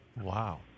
Wow